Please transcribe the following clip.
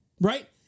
right